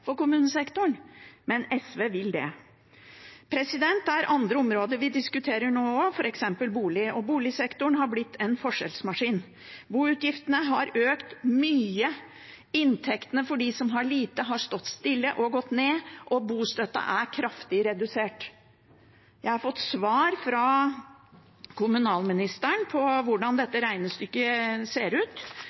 for kommunesektoren. Men SV vil det! Det er andre områder vi diskuterer nå også, f.eks. bolig. Boligsektoren har blitt en forskjellsmaskin. Boutgiftene har økt mye. Inntektene til dem som har lite, har stått stille og gått ned, og bostøtten er kraftig redusert. Jeg har fått svar fra kommunalministeren om hvordan dette regnestykket ser ut.